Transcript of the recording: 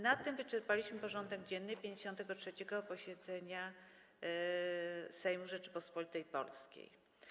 Na tym wyczerpaliśmy porządek dzienny 53. posiedzenia Sejmu Rzeczypospolitej Polskiej.